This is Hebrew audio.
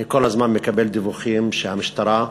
אני כל הזמן מקבל דיווחים שהמשטרה,